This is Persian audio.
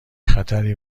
خطری